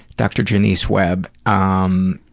dr. jonice webb um,